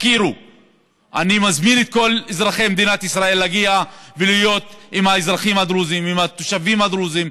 ואני מזמין את כל אזרחי מדינת ישראל לבוא ולבקר ביישובים הדרוזיים.